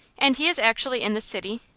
and he is actually in this city?